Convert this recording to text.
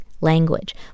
language